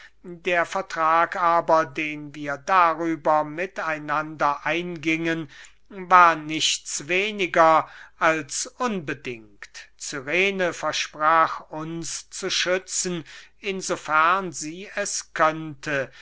der vertrag aber den wir darüber mit einander eingingen war nichts weniger als unbedingt cyrene versprach uns zu schützen in so fern sie es könnte